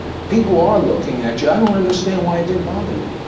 people are looking at you. i don't understand why it didn't bother you.